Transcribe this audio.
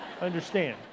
understand